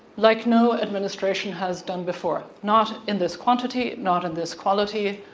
like no administration has done before, not in this quantity, not in this quality,